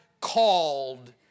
called